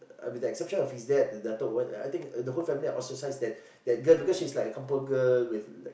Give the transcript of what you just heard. I mean the exception of his Dad dental or what I think the whole family I ostracize that that girl because she's like a Kampong girl with like